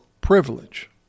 privilege